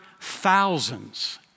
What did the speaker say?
thousands